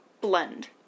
blend